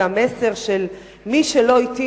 והמסר של "מי שלא אתי,